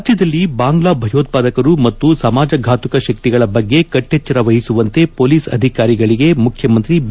ರಾಜ್ಯದಲ್ಲಿ ಬಾಂಗ್ಲಾ ಭಯೋತ್ವಾದಕರು ಮತ್ತು ಸಮಾಜಘಾತಕ ಶಕ್ತಿಗಳ ಬಗ್ಗೆ ಕಟ್ಟಿಚ್ದರ ವಹಿಸುವಂತೆ ಪೊಲೀಸ್ ಅಧಿಕಾರಿಗಳಿಗೆ ಮುಖ್ಯಮಂತ್ರಿ ಬಿ